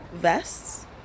vests